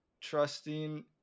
trusting